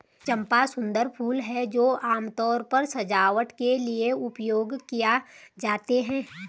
चंपा सुंदर फूल हैं जो आमतौर पर सजावट के लिए उपयोग किए जाते हैं